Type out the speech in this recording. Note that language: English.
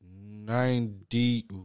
ninety